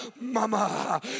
mama